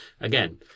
Again